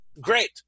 Great